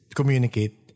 communicate